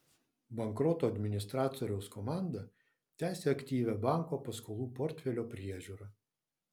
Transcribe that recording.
bankroto administratoriaus komanda tęsia aktyvią banko paskolų portfelio priežiūrą